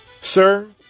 Sir